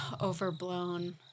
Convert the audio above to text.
overblown